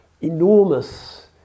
Enormous